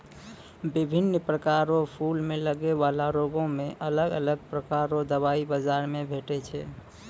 बिभिन्न प्रकार रो फूलो मे लगै बाला रोगो मे अलग अलग प्रकार रो दबाइ बाजार मे भेटै छै